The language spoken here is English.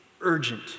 urgent